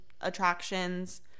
attractions